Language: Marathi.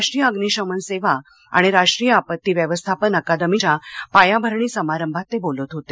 राष्ट्रीय अभ्निशमन सेवा आणि राष्ट्रीय आपत्ती व्यवस्थापन अकादमीच्या पायाभरणी समारंभात ते बोलत होते